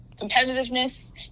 competitiveness